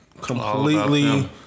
completely